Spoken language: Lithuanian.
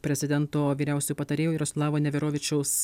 prezidento vyriausiojo patarėjo jaroslavo neverovičiaus